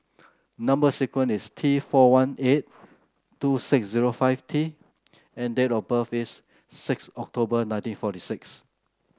number sequence is T four one eight two six zero five T and date of birth is six October nineteen forty six